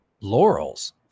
laurels